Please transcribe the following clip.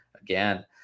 again